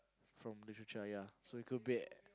from Literature ya so it could be